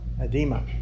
edema